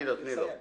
תני לו, תני לו.